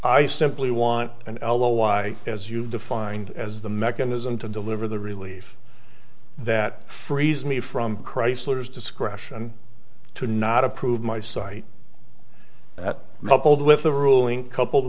i simply want an elo why as you've defined as the mechanism to deliver the relief that frees me from chrysler's discretion to not approve my site that old with a ruling coupled